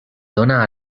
dona